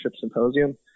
Symposium